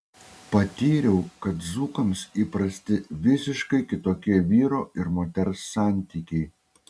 patyriau kad dzūkams įprasti visiškai kitokie vyro ir moters santykiai